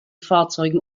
fahrzeugen